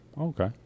Okay